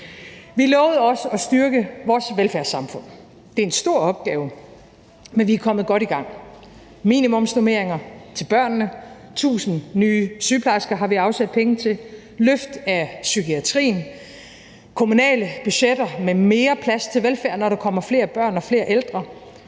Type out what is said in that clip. Vi lovede også at styrke vores velfærdssamfund. Det er en stor opgave, men vi er kommet godt i gang: Minimumsnormeringer til børnene, tusind nye sygeplejersker har vi afsat penge til, løft af psykiatrien, kommunale budgetter med mere plads til velfærd, når der kommer flere børn og flere ældre,